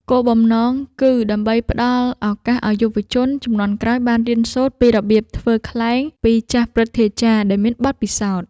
គោលបំណងគឺដើម្បីផ្ដល់ឱកាសឱ្យយុវជនជំនាន់ក្រោយបានរៀនសូត្រពីរបៀបធ្វើខ្លែងពីចាស់ព្រឹទ្ធាចារ្យដែលមានបទពិសោធន៍។